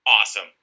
Awesome